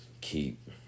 keep